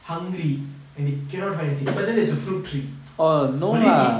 hungry and they cannot find anything but then there's a fruit tree will they eat